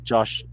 Josh